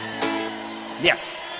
yes